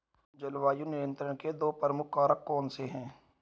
जलवायु नियंत्रण के दो प्रमुख कारक कौन से हैं?